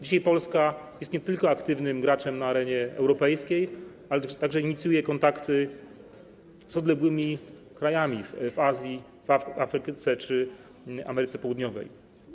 Dzisiaj Polska jest nie tylko aktywnym graczem na arenie europejskiej, ale także inicjuje kontakty z odległymi krajami w Azji, Afryce czy Ameryce Południowej.